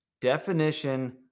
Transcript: definition